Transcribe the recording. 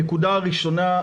הנקודה הראשונה,